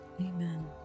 Amen